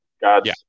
God's